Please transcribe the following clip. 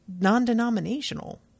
non-denominational